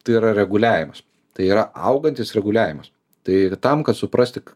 tai yra reguliavimas tai yra augantis reguliavimas tai ir tam kad suprasti